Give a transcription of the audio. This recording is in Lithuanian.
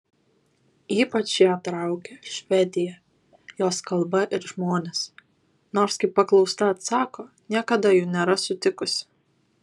ypač ją traukia švedija jos kalba ir žmonės nors kaip paklausta atsako niekada jų nėra sutikusi